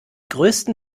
größten